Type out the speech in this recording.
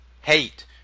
hate